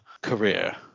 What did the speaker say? career